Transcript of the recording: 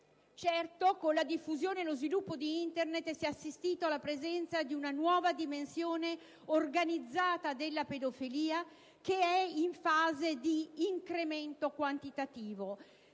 Certo è che con la diffusione e lo sviluppo di Internet si è assistito alla presenza di una nuova dimensione organizzata della pedofilia, che è in fase di incremento quantitativo.